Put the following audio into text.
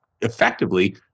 effectively